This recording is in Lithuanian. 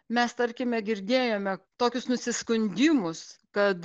mes tarkime girdėjome tokius nusiskundimus kad